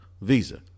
Visa